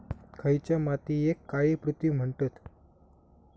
खयच्या मातीयेक काळी पृथ्वी म्हणतत?